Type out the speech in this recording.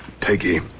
Peggy